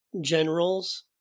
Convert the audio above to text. generals